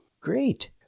Great